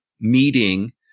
meeting